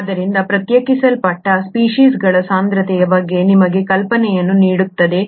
ಆದ್ದರಿಂದ ಪ್ರತ್ಯೇಕಿಸಲ್ಪಟ್ಟ ಸ್ಪೀಷೀಸ್ಗಳ ಸಾಂದ್ರತೆಯ ಬಗ್ಗೆ ನಿಮಗೆ ಕಲ್ಪನೆಯನ್ನು ನೀಡುತ್ತದೆ